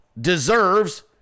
deserves